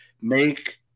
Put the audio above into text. make